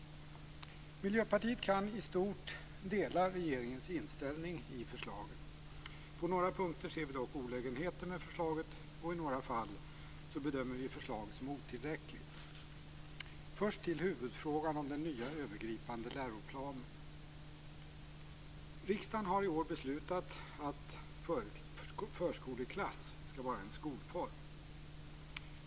Miljöpartiet kan i stort dela regeringens inställning i förslagen. På några punkter ser vi dock olägenheter med förslaget, och i något fall bedömer vi förslaget som otillräckligt. Först till huvudfrågan om den nya övergripande läroplanen. Riksdagen har i år beslutat att förskoleklass skall vara en skolform.